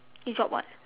you drop what